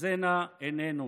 תחזינה עינינו.